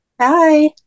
Hi